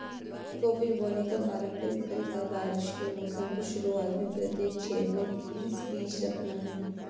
coffee बोने का पारंपरिक तरीका बारिश के मौसम की शुरुआत में प्रत्येक छेद में बीस बीज रखना है